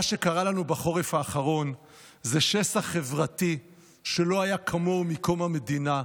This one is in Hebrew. מה שקרה לנו בחורף האחרון זה שסע חברתי שלא היה כמוהו מקום המדינה,